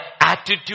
attitude